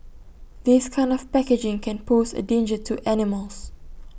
this kind of packaging can pose A danger to animals